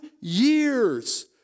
years